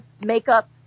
makeup